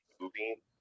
movie